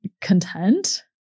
content